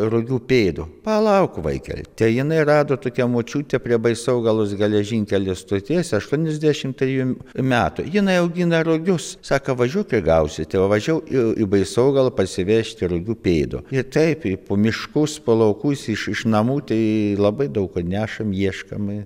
rugių pėdų palauk vaikeli tai jinai rado tokią močiutę prie baisogalos geležinkelio stoties aštuoniasdešim trejų metų jinai augina rugius sako važiuok ir gausi tai va važiavau į baisogalą parsivežti rugių pėdo ir taip ir po miškus po laukus iš iš namų tai labai daug ką nešam ieškom